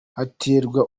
haterwa